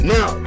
Now